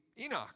Enoch